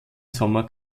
sommer